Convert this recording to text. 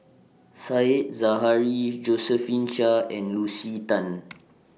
Said Zahari Josephine Chia and Lucy Tan